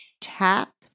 Tap